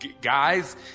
guys